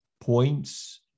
points